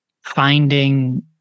Finding